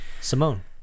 Simone